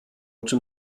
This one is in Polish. czym